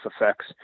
effects